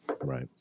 right